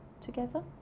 together